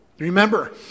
Remember